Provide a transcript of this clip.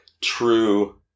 true